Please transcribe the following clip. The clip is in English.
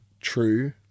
true